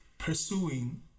pursuing